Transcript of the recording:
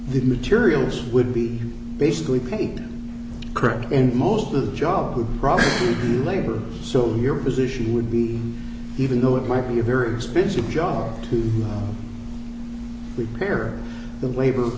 the materials would be basically painting correct in most of the job labor so your position would be even though it might be a very expensive job to be fair the labor